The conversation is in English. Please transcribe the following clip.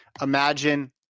Imagine –